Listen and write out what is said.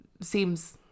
seems